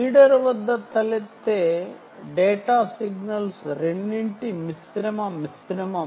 reader వద్ద తలెత్తే data signals ఆ రెండింటి యొక్క మిశ్రమం